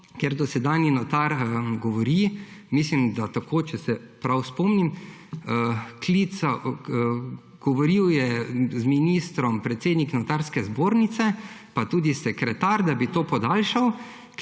ker dosedanji notar govori, mislim da tako, če se prav spomnim, govoril je z ministrom predsednik Notarske zbornice pa tudi sekretar, da bi to podaljšali.